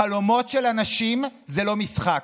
חלומות של אנשים זה לא משחק,